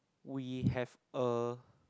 we have a